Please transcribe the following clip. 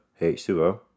H2O